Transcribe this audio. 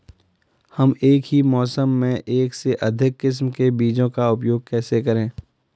हम एक ही मौसम में एक से अधिक किस्म के बीजों का उपयोग कैसे करेंगे?